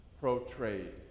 pro-trade